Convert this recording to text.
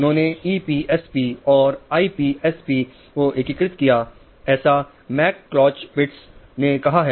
उन्होंने E P S P ने कहा है